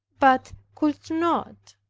but could not.